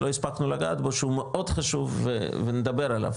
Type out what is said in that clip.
שלא הספקנו לגעת בו שהוא מאוד חשוב ונדבר עליו,